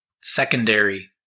secondary